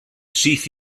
syth